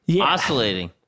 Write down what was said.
oscillating